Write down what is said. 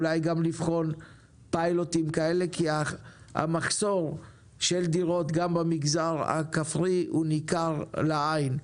אולי לעשות פיילוט כזה כי המחסור בדירות גם במגזר הכפרי ניכר לעין.